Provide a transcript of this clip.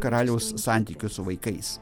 karaliaus santykius su vaikais